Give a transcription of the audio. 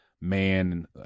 man